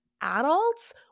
adults